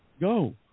Go